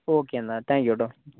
ഒക്കെ എന്നാൽ thank you കേട്ടോ